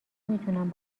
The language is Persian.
میتونم